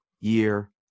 year